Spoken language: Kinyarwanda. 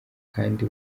kandi